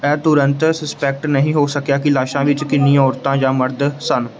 ਇਹ ਤੁਰੰਤ ਸਸਪੈਕਟ ਨਹੀਂ ਹੋ ਸਕਿਆ ਕਿ ਲਾਸ਼ਾਂ ਵਿੱਚ ਕਿੰਨੀ ਔਰਤਾਂ ਜਾਂ ਮਰਦ ਸਨ